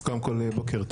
אז קודם כל בוקר טוב,